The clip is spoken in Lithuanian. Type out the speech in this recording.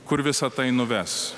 kur visa tai nuves